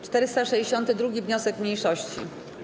462. wniosek mniejszości.